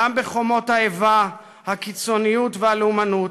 גם בחומות האיבה, הקיצוניות והלאומנות,